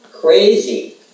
crazy